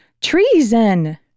Treason